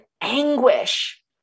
anguish